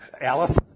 Alice